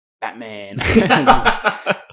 Batman